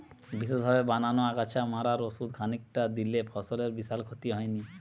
বিশেষভাবে বানানা আগাছা মারার ওষুধ খানিকটা দিলে ফসলের বিশাল ক্ষতি হয়নি